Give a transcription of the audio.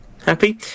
Happy